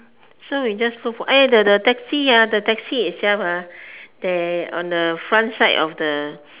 so we just go for eh the the taxi ah taxi itself ah there on the front side of the